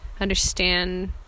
understand